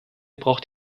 braucht